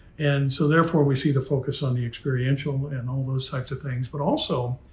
and so therefore we see the focus on the experiential and all those sorts of things. but also,